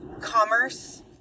commerce